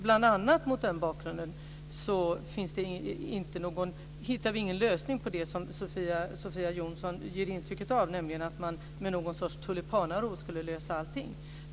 Bl.a. mot den bakgrunden finns det ingen lösning på det som Sofia Jonsson ger intrycket av, nämligen att någon sorts tulipanaros skulle lösa allt.